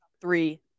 Three